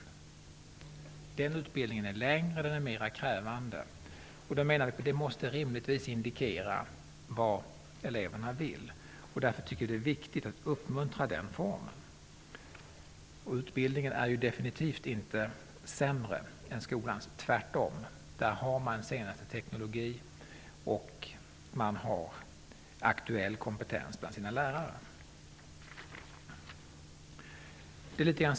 Den utbildningen är längre och mer krävande. Det måste rimligtvis indikera vad eleverna vill. Därför tycker vi att det är viktigt att man uppmuntrar den formen. Utbildningen är definitivt inte sämre än skolans -- tvärtom. På företagen har man den senaste teknologin och aktuell kompetens bland sina lärare.